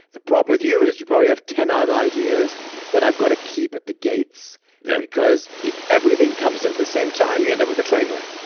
the problem with you is, you probably have ten other ideas that i've got to keep at the gates yeah because if everything comes in at the same time you end up with a train wreck.